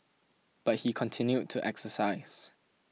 but he continued to exercise